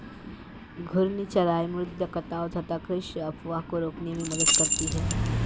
घूर्णी चराई मृदा कटाव तथा कृषि अपवाह को रोकने में मदद करती है